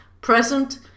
present